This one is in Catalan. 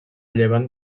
llevant